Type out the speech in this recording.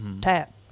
tap